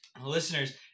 listeners